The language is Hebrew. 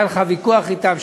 היה לך ויכוח אתם,